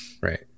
Right